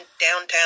downtown